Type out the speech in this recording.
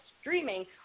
streaming